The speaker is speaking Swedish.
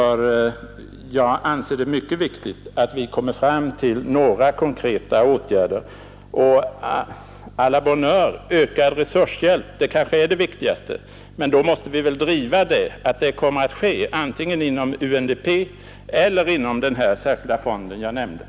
Jag anser det vara mycket viktigt att vi här kommer fram till några konkreta åtgärder. Å la bonne heure, ökad resurshjälp är kanske det viktigaste, men då måste vi väl hårt driva den saken, antingen inom UNDP eller genom att skapa den särskilda fond jag här talade om.